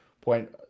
point